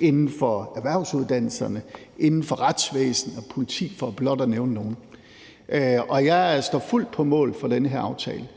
inden for erhvervsuddannelserne, inden for retsvæsenet og politiet, for blot at nævne nogle af dem, og jeg står fuldt på mål for den her aftale.